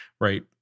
right